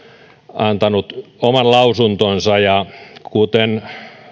antanut oman lausuntonsa ja kuten